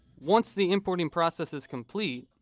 once the importing process is complete,